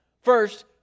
first